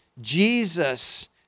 Jesus